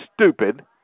stupid